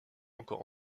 encore